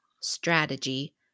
strategy